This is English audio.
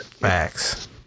Facts